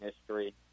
history